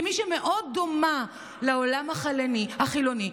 כמי שמאוד דומה לעולם החילוני,